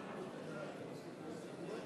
40,